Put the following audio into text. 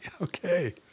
Okay